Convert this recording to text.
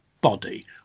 body